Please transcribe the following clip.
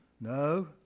No